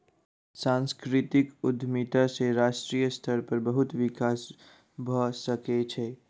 सांस्कृतिक उद्यमिता सॅ राष्ट्रीय स्तर पर बहुत विकास भ सकै छै